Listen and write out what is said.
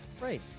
Right